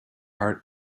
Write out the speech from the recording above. heart